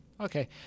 okay